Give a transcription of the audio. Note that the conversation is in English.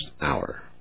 hour